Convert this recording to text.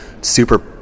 super